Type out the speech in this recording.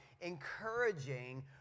encouraging